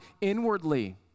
inwardly